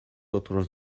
otros